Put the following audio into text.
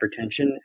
hypertension